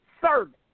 service